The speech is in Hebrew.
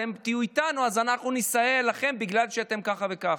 אתם תהיו איתנו אז אנחנו נסייע לכם בגלל שאתם ככה וככה.